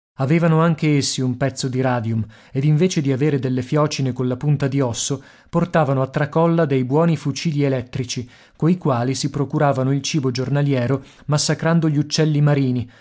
avevano anche essi un pezzo di radium ed invece di avere delle fiocine colla punta di osso portavano a tracolla dei buoni fucili elettrici coi quali si procuravano il cibo giornaliero massacrando gli uccelli marini